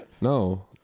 No